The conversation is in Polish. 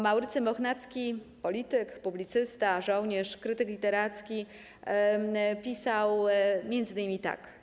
Maurycy Mochnacki, polityk, publicysta, żołnierz, krytyk literacki, pisał m.in. tak: